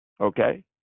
okay